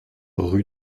rue